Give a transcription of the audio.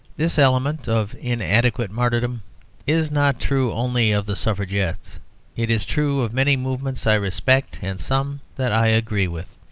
this element of inadequate martyrdom is not true only of the suffragettes it is true of many movements i respect and some that i agree with.